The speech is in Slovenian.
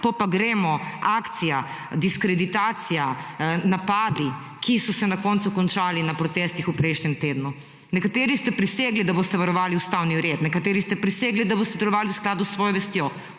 pa gremo akcija, diskreditacija, napadi, ki so se na koncu končali na protestih v prejšnjem tednu. Nekateri ste prisegli, da boste varovali ustavni red, nekateri ste prisegli, da bose delovali v skladu s svojo vestjo.